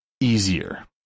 Easier